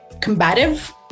combative